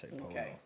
Okay